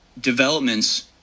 developments